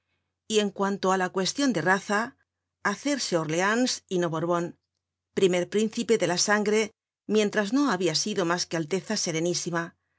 y en cuanto á la cuestion de raza hacerse orleans y no borbon primer príncipe de la sangre mientras no habia sido mas que alteza serenísima